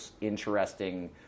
interesting